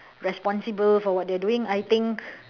responsible for what they are doing I think